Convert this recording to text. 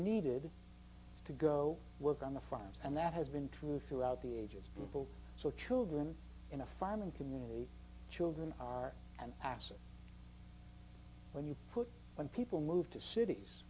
needed to go work on the farms and that has been true throughout the ages before so children in a farming community children are an asset when you put when people move to cities